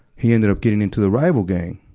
he ended up getting into the rival gang.